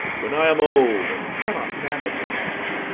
when i am old and cannot manage arms,